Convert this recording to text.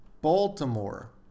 Baltimore